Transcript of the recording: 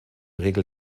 regel